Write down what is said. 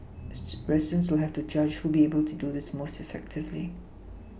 residents will have to judge who will be able to do this most effectively